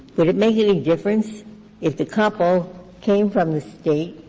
would it make any difference if the couple came from the state